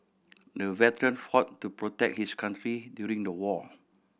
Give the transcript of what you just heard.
the veteran fought to protect his country during the war